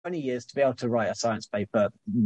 20 שנה, כדי לכתוב מספר מדעי,